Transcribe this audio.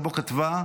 ובו כתבה: